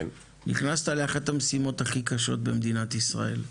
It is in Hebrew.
נכנסת לאחת המשימות הכי קשות במדינת ישראל.